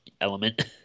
element